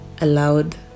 allowed